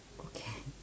okay